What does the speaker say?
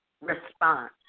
response